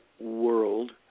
world